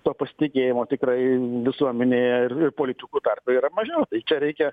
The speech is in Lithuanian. to pasitikėjimo tikrai visuomenėje ir politikų tarpe yra mažiau tai čia reikia